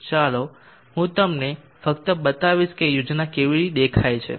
ચાલો હું તમને ફક્ત બતાવીશ કે યોજના કેવી દેખાય છે